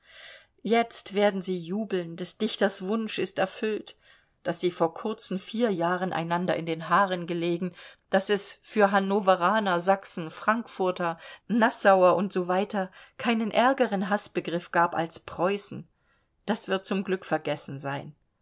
jetzt werden sie jubeln des dichters wunsch ist erfüllt daß sie vor kurzen vier jahren einander in den haaren gelegen daß es für hannoveraner sachsen frankfurter nassauer und so weiter keinen ärgeren haßbegriff gab als preußen das wird zum glück vergessen sein